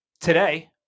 today